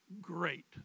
great